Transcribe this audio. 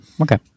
Okay